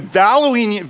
valuing